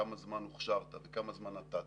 כמה זמן הוכשרת וכמה זמן נתת,